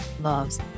loves